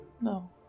No